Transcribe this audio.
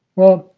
well,